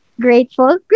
grateful